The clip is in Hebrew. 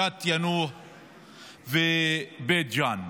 יאנוח-ג'ת ובית ג'ן.